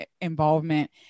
involvement